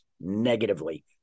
negatively